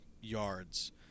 yards